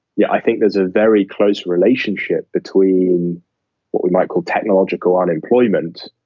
yeah i think there's a very close relationship between what we might call technological unemployment,